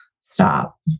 stop